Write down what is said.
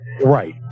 Right